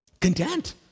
content